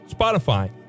Spotify